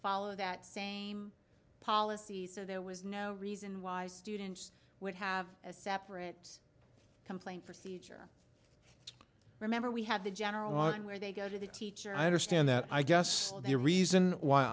follow that same policies so there was no reason why students would have a separate complaint procedure remember we have the general and where they go to the teacher i understand that i guess the reason why